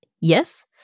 Yes